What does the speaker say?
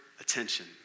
attention